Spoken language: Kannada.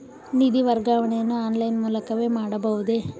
ನಿಧಿ ವರ್ಗಾವಣೆಯನ್ನು ಆನ್ಲೈನ್ ಮೂಲಕವೇ ಮಾಡಬಹುದೇ?